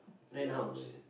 then house